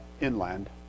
inland